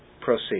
proceed